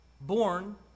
born